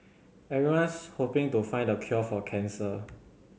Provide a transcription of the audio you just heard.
everyone's hoping to find the cure for cancer